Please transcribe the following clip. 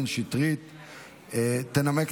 עשרה נגד, אין נמנעים.